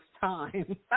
time